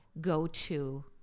go-to